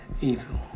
evil